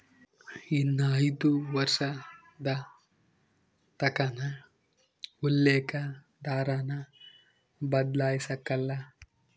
ಇನ್ನ ಐದು ವರ್ಷದತಕನ ಉಲ್ಲೇಕ ದರಾನ ಬದ್ಲಾಯ್ಸಕಲ್ಲ